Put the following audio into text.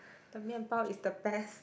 the 面包 is the best